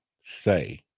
say